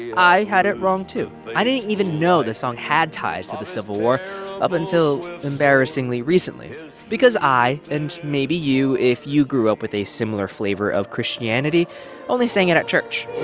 i had it wrong too. i didn't even know the song had ties to the civil war up until embarrassingly recently because i and maybe you if you grew up with a similar flavor of christianity only sang it at church